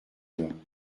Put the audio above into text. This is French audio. nomme